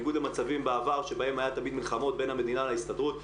בניגוד למצבים בעבר שהם היו תמיד מלחמות בין המדינה להסתדרות.